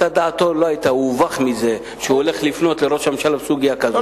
הוא הובך מזה שהוא הולך לפנות אל ראש הממשלה בסוגיה כזאת,